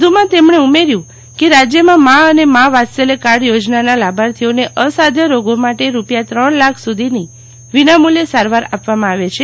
વધુમાં તેમણે ઉમેર્યું કે રાજયમાં મા અને મા વાત્સલ્ય કાર્ડ યોજનાના લાભાર્થીઓને અસાધ્ય રોગો માટે રૂપિયા ત્રણ લાખ સુધીની વિનામૂલ્યે સારવાર આપવામાં આવે છે